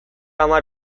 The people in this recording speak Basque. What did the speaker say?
hamar